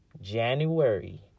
January